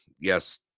yes